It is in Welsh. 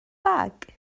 bag